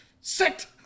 Sit